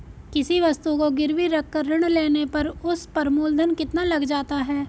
किसी वस्तु को गिरवी रख कर ऋण लेने पर उस पर मूलधन कितना लग जाता है?